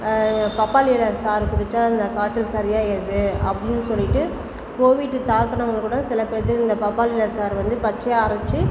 பப்பாளி இலை சாறு குடிச்சால் அந்த காய்ச்சல் சரியாயிவிடுது அப்படின்னு சொல்லிவிட்டு கோவிட்டு தாக்குனவங்களுக்கு கூட சில பேர்த்துக்கு இந்த பப்பாளி இலை சாறு வந்து பச்சையாக அரைச்சு